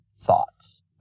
thoughts